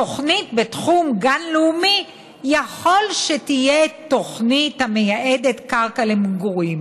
תוכנית בתחום גן לאומי יכולה שתהיה תוכנית המייעדת קרקע למגורים.